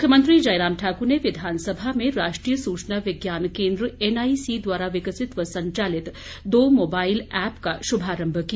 मुख्यमंत्री जयराम ठाकुर ने विधानसभा में राष्ट्रीय सूचना विज्ञान केंद्र एनआईसी द्वारा विकसित व संचालित दो मोबाईल ऐप्प का शुभारंभ भी किया